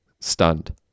stunned